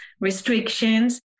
restrictions